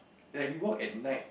like we walk at night